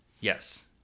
Yes